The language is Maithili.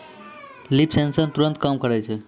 लीफ सेंसर तुरत काम करै छै